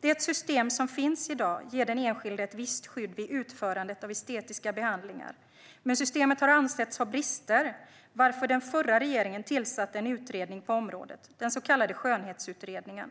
Det system som finns i dag ger den enskilde ett visst skydd vid utförandet av estetiska behandlingar, men systemet har ansetts ha brister varför den förra regeringen tillsatte en utredning på området, den så kallade Skönhetsutredningen .